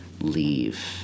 leave